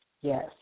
yes